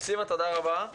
סימה, תודה רבה.